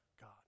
God